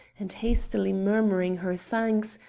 and, hastily murmuring her thanks,